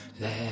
let